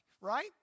right